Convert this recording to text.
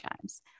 times